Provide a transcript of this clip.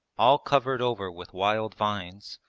all covered over with wild vines,